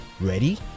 Ready